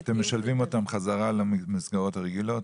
אתם משלבים אותם חזרה למסגרות הרגילות?